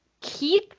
Keith